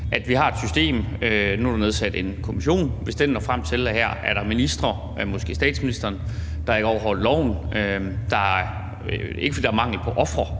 vi har, og nu er der nedsat en kommission, og hvis den når frem til, at her er der ministre, måske statsministeren, der ikke overholder loven – ikke fordi der er mangel på ofre